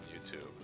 YouTube